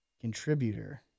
contributor